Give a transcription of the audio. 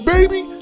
Baby